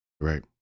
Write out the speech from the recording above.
Right